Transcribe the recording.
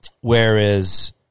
Whereas